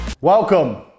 Welcome